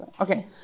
Okay